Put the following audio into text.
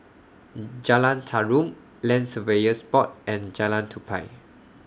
Jalan Tarum Land Surveyors Board and Jalan Tupai